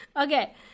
Okay